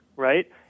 right